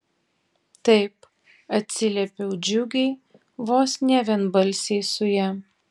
taip atsiliepiau džiugiai vos ne vienbalsiai su ja